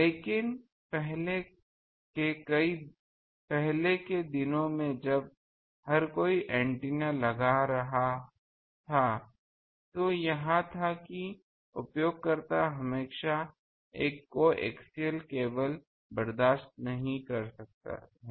लेकिन पहले के दिनों में जब हर कोई एंटीना लगा रहा था तो यह था कि उपयोगकर्ता हमेशा एक कोएक्सिअल केबल बर्दाश्त नहीं कर सकता है